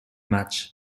match